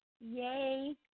Yay